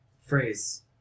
phrase